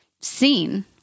seen